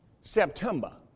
September